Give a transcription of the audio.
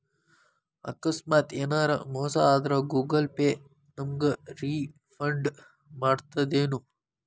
ಆಕಸ್ಮಾತ ಯೆನರ ಮೋಸ ಆದ್ರ ಗೂಗಲ ಪೇ ನಮಗ ರಿಫಂಡ್ ಮಾಡ್ತದೇನು?